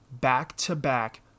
back-to-back